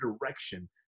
direction